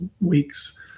weeks